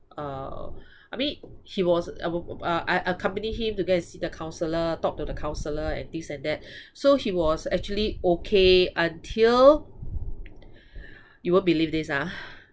uh I mean he was I will uh I accompany him to go and see the counselor talk to the counselor and things like that so he was actually okay until you won't believe this ah